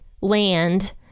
land